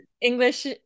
English